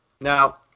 Now